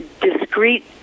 discrete